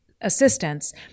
assistance